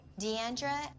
Deandra